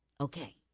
Okay